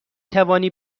توانی